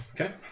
Okay